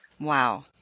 Wow